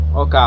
OK